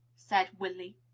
said willy.